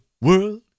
World